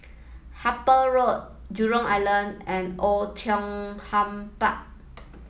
Harper Road Jurong Island and Oei Tiong Ham Park